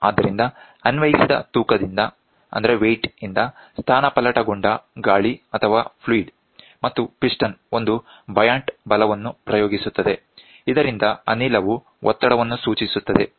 ಆದ್ದರಿಂದ ಅನ್ವಯಿಸಿದ ತೂಕದಿಂದ ಸ್ಥಾನಪಲ್ಲಟಗೊಂಡ ಅನಿಲ ಅಥವಾ ಫ್ಲೂಯಿಡ್ ಮತ್ತು ಪಿಸ್ಟನ್ ಒಂದು ಬಯಾಂಟ್ ಬಲವನ್ನು ಪ್ರಯೋಗಿಸುತ್ತದೆ ಇದರಿಂದ ಅನಿಲವು ಒತ್ತಡವನ್ನು ಸೂಚಿಸುತ್ತದೆ